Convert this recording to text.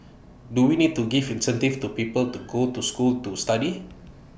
do we need to give incentives to people to go to school to study